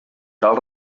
cal